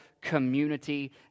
community